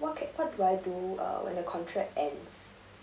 what can what do I do uh when the contract ends